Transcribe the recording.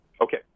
Okay